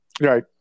Right